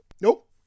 nope